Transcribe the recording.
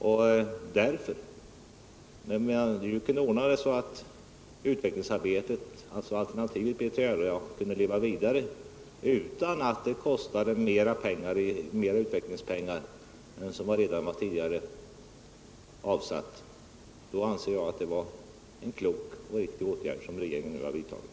Om man kan ordna det så att utvecklingsarbetet kan leva vidare utan att det kostar mera pengar än som redan tidigare avsatts, anser jag att den åtgärd som regeringen nu vidtagit är klok och riktig.